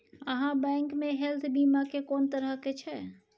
आहाँ बैंक मे हेल्थ बीमा के कोन तरह के छै?